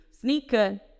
Sneaker